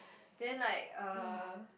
then like uh